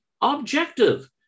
objective